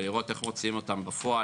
ולראות איך מוציאים אותם לפועל,